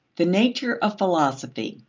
the nature of philosophy.